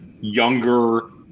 younger